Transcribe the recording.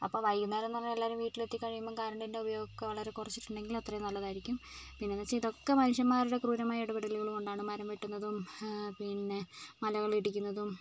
അപ്പോൾ വൈകുന്നേരം എന്ന് പറഞ്ഞാൽ എല്ലാവരും വീട്ടിൽ എത്തി കഴിയുമ്പോൾ കറൻറ്റിൻ്റെ ഉപയോഗം ഒക്കെ വളരെ കുറച്ചിട്ടുണ്ടെങ്കിൽ അത്രയും നല്ലതായിരിക്കും പിന്നെ എന്താണെന്ന് വെച്ചാൽ ഇതൊക്കെ മനുഷ്യൻമാരുടെ ക്രൂരമായ ഇടപെടലുകൊണ്ടാണ് മരം വെട്ടുന്നതും പിന്നെ മലകൾ ഇടിക്കുന്നതും